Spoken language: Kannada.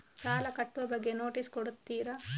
ಸಾಲ ಕಟ್ಟುವ ಬಗ್ಗೆ ನೋಟಿಸ್ ಕೊಡುತ್ತೀರ?